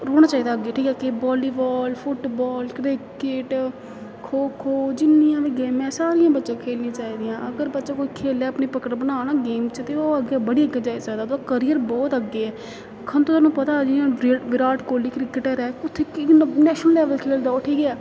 रौह्ना चाहिदा अग्गें ठीक ऐ के volleyball football cricket kho kho जिन्नियां बी गेमां ऐ सारियां बच्चा खेलनियां चाहिदियां अगर बच्चा कोई खेलै अपनी पकड़ बना ना गेम च ते ओह् अग्गें बड़ी अग्गें जाई सकदा ते ओह्दा कैरियर बहुत अग्गें ऐ खान थुआनूं पता ऐ जियां विराट कोहली क्रिकेटर ऐ कु'त्थै नेशनल लेवल खेलदा ओह् ठीक ऐ